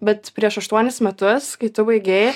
bet prieš aštuonis metus kai tu baigei